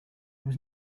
was